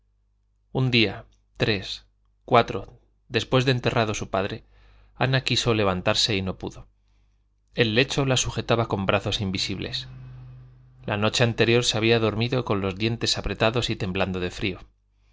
un día tres o cuatro después de enterrado su padre ana quiso levantarse y no pudo el lecho la sujetaba con brazos invisibles la noche anterior se había dormido con los dientes apretados y temblando de frío